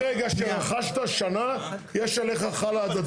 מרגע שרכבת שנה יש עליך חלה הדדיות.